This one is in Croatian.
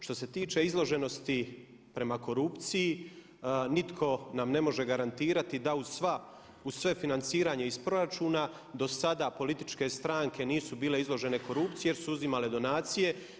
Što se tiče izloženosti prema korupciji nitko nam ne može garantirati da uz sve financiranje iz proračuna do sada političke stranke nisu bile izložene korupciji jer su uzimale donacije.